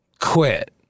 quit